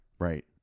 Right